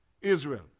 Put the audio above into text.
Israel